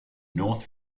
north